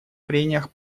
прениях